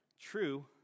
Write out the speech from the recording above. True